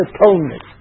atonement